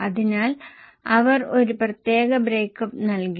അതിനാൽ അവർ ഒരു പ്രത്യേക ബ്രേക്ക്അപ്പ് നൽകി